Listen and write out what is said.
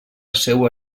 seua